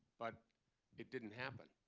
but it didn't happen.